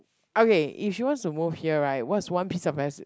okay if she wants to move here right what's one piece of as